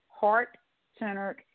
heart-centered